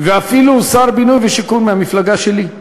ואפילו עם שר בינוי ושיכון מהמפלגה שלי.